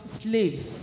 slaves